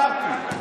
אמרתי.